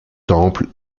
temple